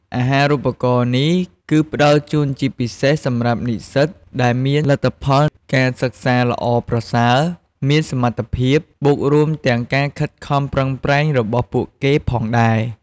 អាហារូបករណ៍នេះ គឺផ្តល់ជូនជាពិសេសសម្រាប់និស្សិតដែលមានលទ្ធផលការសិក្សាល្អប្រសើរ មាន សមត្ថភាព បូករួមទាំងការខិតខំប្រឹងប្រែងរបស់ពួកគេផងដែរ ។